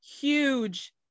huge